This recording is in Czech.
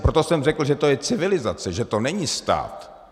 proto jsem řekl, že to je civilizace, že to není stát.